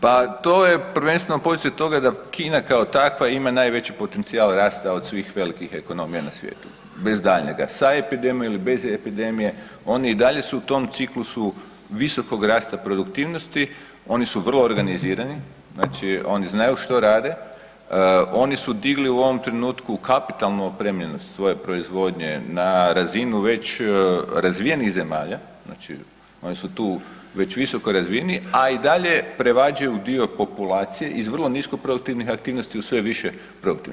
Pa to je prvenstveno posljedica toga da Kina kao takva ima najveći potencijal rasta od svih velikih ekonomija na svijetu, bez daljnjega sa epidemijom ili bez epidemije, oni i dalje su u tom ciklusu visokog rasta produktivnosti, oni su vrlo organizirani, znači oni znaju što rade, oni su digli u ovom trenutku kapitalnu opremljenost svoje proizvodnje na razinu već razvijenih zemalja, znači oni su tu već visoko razvijeni a i dalje ... dio populacije iz vrlo nisko produktivnih aktivnosti u sve više produktivne.